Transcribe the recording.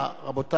תודה רבה.